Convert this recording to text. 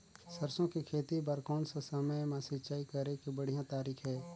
सरसो के खेती बार कोन सा समय मां सिंचाई करे के बढ़िया तारीक हे?